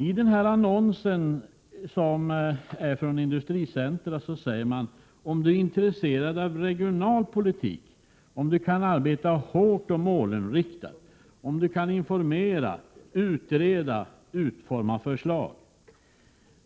I ifrågavarande annons från Industricentrum i Skellefteå står bl.a. följande: —- om Du kan arbeta hårt och målinriktat —- om Du kan informera, utreda, utforma förslag,